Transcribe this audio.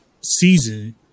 season